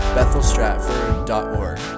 BethelStratford.org